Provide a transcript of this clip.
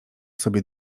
sobie